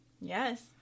Yes